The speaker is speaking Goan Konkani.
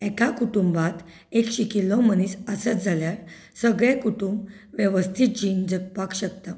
एका कुटुंबात एक शिकिल्लो मनीस आसत जाल्यार सगळें कुटूंब वेवस्थीत जीण जगपाक शकता